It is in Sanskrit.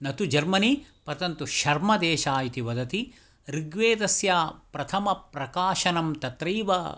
न तु जर्मनी परन्तु शर्मदेश इति वदति ऋकवेदस्य प्रथमप्रकाशनं तत्रैव